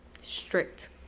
strict